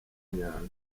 nyanja